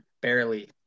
Barely